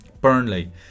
Burnley